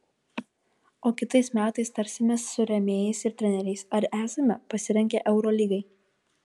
o kitais metais tarsimės su rėmėjais ir treneriais ar esame pasirengę eurolygai